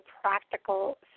practical